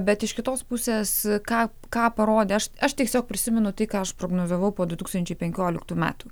bet iš kitos pusės ką ką parodė aš aš tiesiog prisimenu tai ką aš prognozavau po du tūkstančiai penkioliktų metų